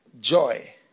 Joy